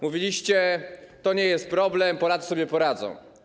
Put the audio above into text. Mówiliście: to nie jest problem, Polacy sobie poradzą.